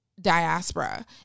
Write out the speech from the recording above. diaspora